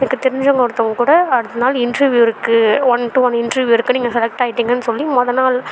எனக்குத்தெரிஞ்சவங்க ஒருத்தவங்க கூட அடுத்த நாள் இன்ட்ரீவ் இருக்கு ஒன் டூ ஒன் இன்ட்ரீவ் இருக்கு நீங்கள் செலக்ட் ஆயிடீங்கன்னு சொல்லி முதநாள்